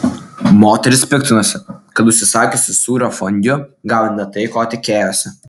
moteris piktinosi kad užsisakiusi sūrio fondiu gavo ne tai ko tikėjosi